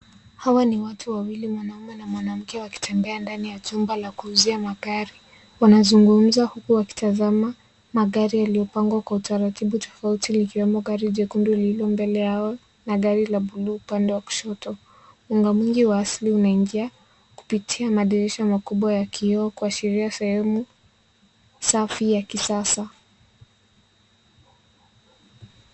Hawa ni watu wawili, mwanaume na mwanamke wakitembea ndani ya jumba la kuuzia magari. Wanazungumza huku wakitazama magari yaliyopangwa kwa utaratibu tofauti, likiwemo gari jekundu lililo mbele yao, na gari la blue upande wa kushoto. Mwanga mwingi wa asili unaingia, kupitia madirisha makubwa ya kioo kuashiria sehemu safi ya kisasa.